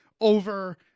Over